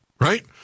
right